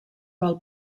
pel